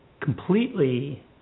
completely